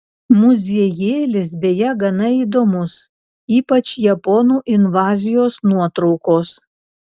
muziejėlis beje gana įdomus ypač japonų invazijos nuotraukos